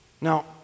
Now